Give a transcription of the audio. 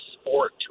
Sport